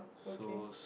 okay